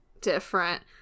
different